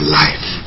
life